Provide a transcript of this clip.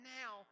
now